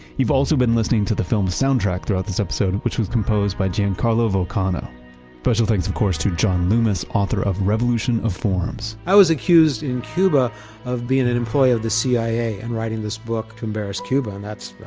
you've also been listening to the film soundtrack throughout this episode, which was composed by giancarlo vulcano special thanks of course, to john loomis, author of revolution of forms i was accused in cuba of being an employee of the cia and writing this book to embarrass cuba, and that's,